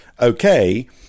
Okay